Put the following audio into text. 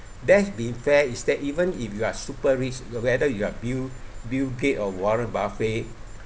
death being fair is that even if you are super rich whether you are bill bill gate or warren buffet